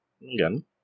Again